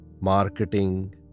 marketing